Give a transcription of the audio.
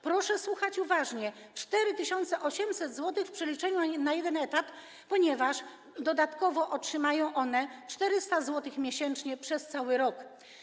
Proszę słuchać uważnie: 4800 zł w przeliczeniu na jeden etat, ponieważ dodatkowo otrzymają one 400 zł miesięcznie przez cały rok.